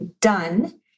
done